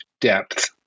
depth